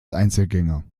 einzelgänger